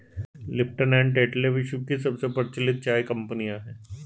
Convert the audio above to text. Lipton and Tetley विश्व की सबसे प्रचलित चाय कंपनियां है